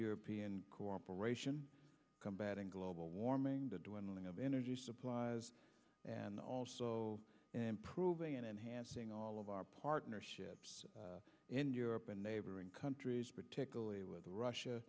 european cooperation combating global warming the dwindling of energy supplies and also improving and enhancing all of our partnerships in europe and neighboring countries particularly with russia